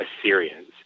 Assyrians